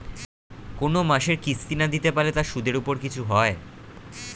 কোন মাসের কিস্তি না দিতে পারলে তার সুদের উপর কিছু হয়?